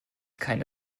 keine